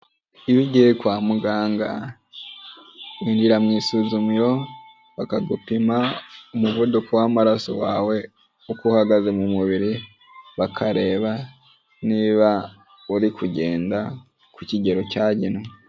Iyo ugiye kwa muganga winjira mu isuzumiro, bakagupima umuvuduko w'amaraso wawe uko uhagaze mu mubiri, bakareba niba uri kugenda ku kigero cyagenwe.